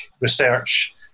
research